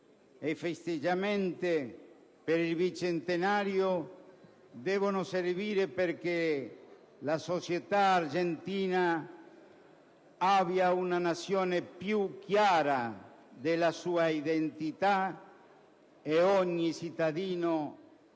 i festeggiamenti per il bicentenario devono servire perché la società argentina abbia una nozione più chiara della sua identità e ogni cittadino